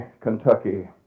Kentucky